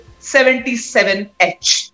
77H